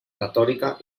retòrica